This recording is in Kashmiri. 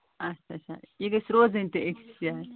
اچھ اچھا یہِ گَژھِ روزٕنۍ تہِ أکِۍسٕے جاے